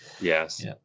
yes